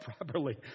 properly